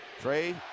Trey